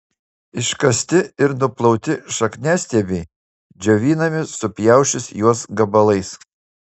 iškasti ir nuplauti šakniastiebiai džiovinami supjausčius juos gabalais